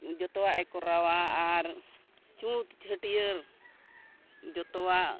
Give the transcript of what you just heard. ᱡᱚᱛᱚᱣᱟᱜ ᱮ ᱠᱚᱨᱟᱣᱟ ᱟᱨ ᱪᱷᱩᱛ ᱪᱷᱟᱹᱴᱭᱟᱹᱨ ᱡᱚᱛᱚᱣᱟᱜ